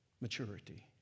maturity